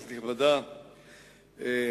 כנסת נכבדה,